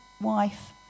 wife